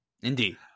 Indeed